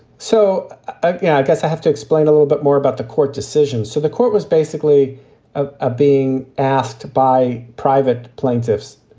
so, yeah, i yeah guess i have to explain a little bit more about the court decisions. so the court was basically ah ah being asked by private plaintiffs.